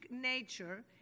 nature